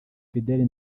fidèle